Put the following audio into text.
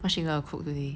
what is she gonna cook today